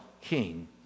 king